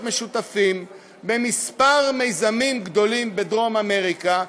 משותפים בכמה מיזמים גדולים בדרום-אמריקה,